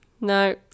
no